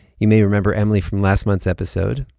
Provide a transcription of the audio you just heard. you may remember emily from last month's episode.